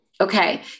Okay